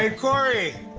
ah corey.